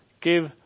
give